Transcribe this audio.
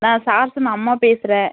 நான் சார்சன் அம்மா பேசுகிறேன்